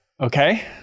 Okay